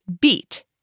beat